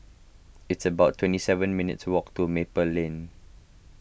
it's about twenty seven minutes' walk to Maple Lane